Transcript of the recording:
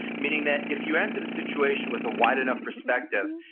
meaning that if you enter the situation with a wide enough perspective,